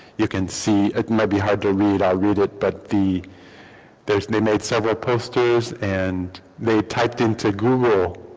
you can see, it might be hard to read it, i'll read it. but the there's me made several posters. and they typed into google.